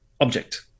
object